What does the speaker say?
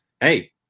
hey